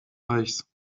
reichs